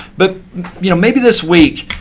but you know maybe this week,